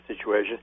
situation